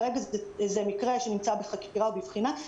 כרגע זה מקרה שנמצא בחקירה ובבחינה,